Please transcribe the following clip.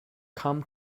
come